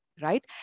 right